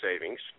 savings